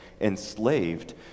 enslaved